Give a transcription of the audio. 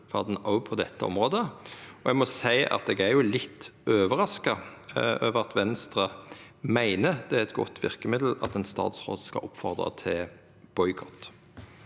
Eg er litt overraska over at Venstre meiner det er eit godt verkemiddel at ein statsråd skal oppfordra til boikott.